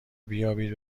بیابید